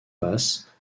basses